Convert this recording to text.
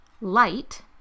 light